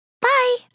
Bye